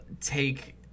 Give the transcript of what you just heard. take